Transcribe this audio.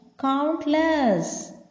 Countless